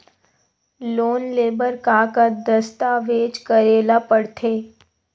Loan ले बर का का दस्तावेज करेला पड़थे?